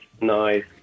nice